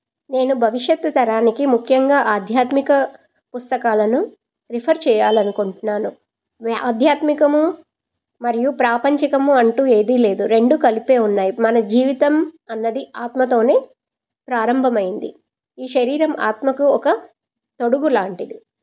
నేను భవిష్యత్తు తరానికి ముఖ్యంగా ఆధ్యాత్మిక పుస్తకాలను రిఫర్ చేయాలనుకుంటున్నాను ఆధ్యాత్మికము మరియు ప్రాపంచికము అంటూ ఏదీ లేదు రెండు కలిపే ఉన్నాయి మన జీవితం అన్నది ఆత్మతోనే ప్రారంభమైంది ఈ శరీరం ఆత్మకు ఒక తొడుగు లాంటిది